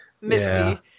misty